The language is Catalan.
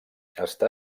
està